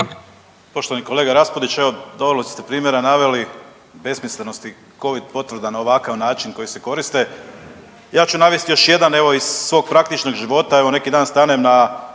Poštovani kolega Raspudić. Evo dovoljno ste primjera naveli besmislenosti covid potvrda na ovakav način koji se koriste. Ja ću navesti još jedan iz svog praktičnog života, evo neki dan stanem na